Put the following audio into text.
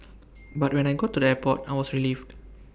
but when I got to the airport I was relieved